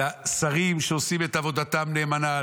לשרים שעושים את עבודתם נאמנה,